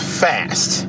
fast